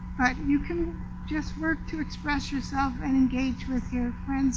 but you can just work to express yourself and engage with your friends